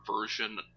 version